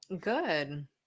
good